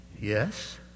Yes